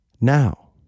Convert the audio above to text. now